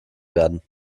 werden